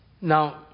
Now